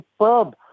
superb